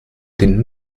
den